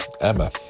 Emma